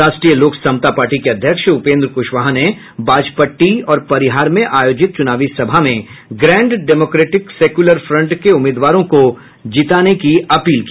राष्ट्रीय लोक समता पार्टी के अध्यक्ष उपेन्द्र कुशवाहा ने बाजपट्टी और परिहार में आयोजित चुनावी सभा में ग्रैंड डेमोक्रेटिक सेक्यूलर फ्रंट के उम्मीदवारों को जीताने की अपील की